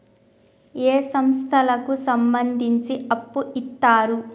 ఏ సంస్థలకు సంబంధించి అప్పు ఇత్తరు?